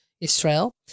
Israel